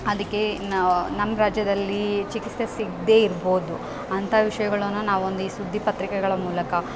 ಅದಕ್ಕೆ ನಾವು ನಮ್ಮ ರಾಜ್ಯದಲ್ಲಿ ಚಿಕಿತ್ಸೆ ಸಿಗದೇ ಇರ್ಬೋದು ಅಂಥ ವಿಷಯಗಳನ್ನ ನಾವು ಒಂದು ಈ ಸುದ್ದಿ ಪತ್ರಿಕೆಗಳ ಮೂಲಕ